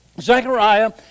Zechariah